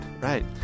right